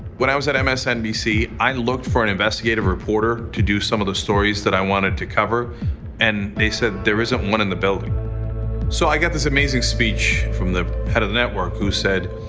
when i was at msnbc, i looked for an investigative reporter to do some of the stories that i wanted to cover and they said, there isn't one in the building so i got this amazing speech from the head of the network who said,